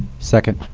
second.